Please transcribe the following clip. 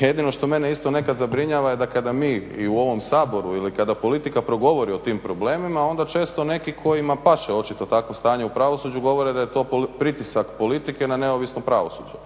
jedino što mene isto nekada zabrinjava da kada mi u ovom Saboru ili kada politika progovori o tim problemima onda često neki kojima paše očito takvo stanje u pravosuđu govore da je to pritisak politike na neovisno pravosuđe.